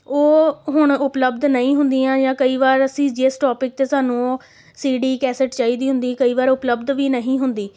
ਉਹ ਹੁਣ ਉਪਲਬਧ ਨਹੀਂ ਹੁੰਦੀਆਂ ਜਾਂ ਕਈ ਵਾਰ ਅਸੀਂ ਜਿਸ ਟੋਪਿਕ 'ਤੇ ਸਾਨੂੰ ਉਹ ਸੀਡੀ ਕੈਸਟ ਚਾਹੀਦੀ ਹੁੰਦੀ ਕਈ ਵਾਰ ਉਪਲੱਬਧ ਵੀ ਨਹੀਂ ਹੁੰਦੀ